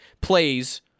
plays